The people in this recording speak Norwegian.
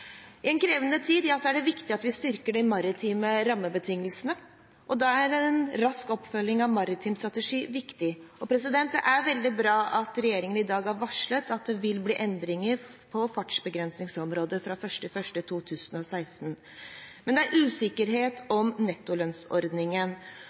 I en krevende tid er det viktig at vi styrker de maritime rammebetingelsene, og da er en rask oppfølging av maritim strategi viktig. Det er veldig bra at regjeringen i dag har varslet at det vil bli endringer på fartsbegrensningsområdet fra 1. januar 2016, men det er usikkerhet om nettolønnsordningen.